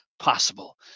possible